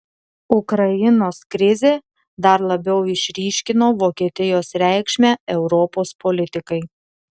ukrainos krizė dar labiau išryškino vokietijos reikšmę europos politikai